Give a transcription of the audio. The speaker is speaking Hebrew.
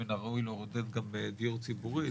מן הראוי גם לעודד דיור ציבורי,